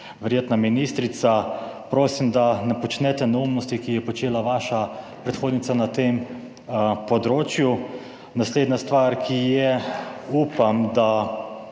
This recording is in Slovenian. verjetno ministrica, prosim, da ne počnete neumnosti, ki jih je počela vaša predhodnica na tem področju. Naslednja stvar, ki je, upam da